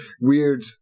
weird